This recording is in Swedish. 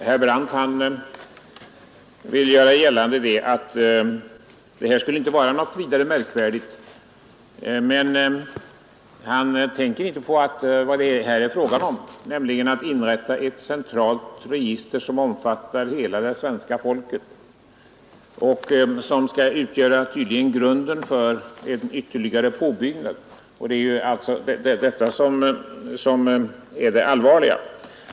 Herr talman! Herr Brandt vill göra gällande att det här inte skulle vara något märkvärdigt. Han tänker inte på att det här är fråga om att inrätta ett centralt register som omfattar hela det svenska folket och som tydligen skall utgöra grunden för ett ytterligare påbyggt register. Det är detta som är det allvarliga.